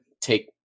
take